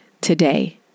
today